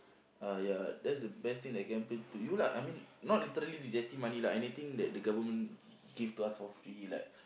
uh ya that's the best thing that can happen to you lah I mean not literally the G_S_T money lah anything that the government give to us for free like